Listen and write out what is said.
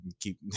Keep